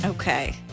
Okay